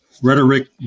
Rhetoric